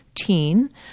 teen